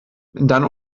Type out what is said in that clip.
dann